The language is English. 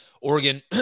Oregon